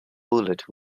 bullet